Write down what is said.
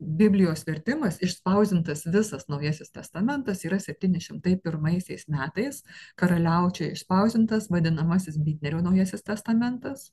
biblijos vertimas išspausdintas visas naujasis testamentas yra septyni šimtai pirmaisiais metais karaliaučiuje išspausdintas vadinamasis bitnerio naujasis testamentas